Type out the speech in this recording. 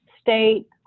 state